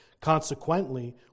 Consequently